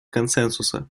консенсуса